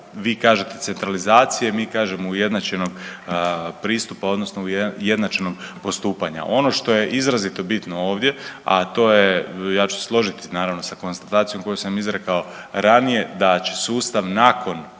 vi kažete centralizacije, mi kažemo ujednačenog pristupa odnosno ujednačenog postupanja. Ono što je izrazito bitno ovdje, a to je, ja ću se složiti naravno sa konstatacijom koju sam izrekao ranije da će sustav nakon